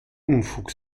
unfug